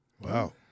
Wow